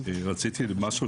רציתי להזכיר משהו,